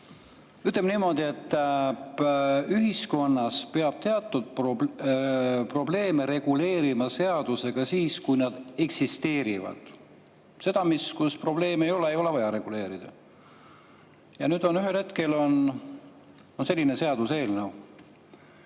Ütleme niimoodi, et ühiskonnas peab teatud probleeme reguleerima seadusega siis, kui need eksisteerivad. Seda, kus probleeme ei ole, ei ole vaja reguleerida. Ja nüüd on ühel hetkel selline seaduseelnõu.